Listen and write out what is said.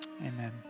amen